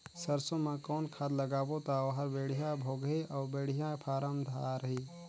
सरसो मा कौन खाद लगाबो ता ओहार बेडिया भोगही अउ बेडिया फारम धारही?